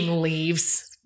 leaves